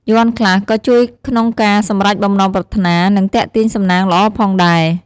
យ័ន្តខ្លះក៏ជួយក្នុងការសម្រេចបំណងប្រាថ្នា និងទាក់ទាញសំណាងល្អផងដែរ។